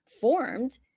formed